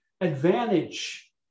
advantage